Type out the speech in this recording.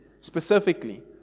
specifically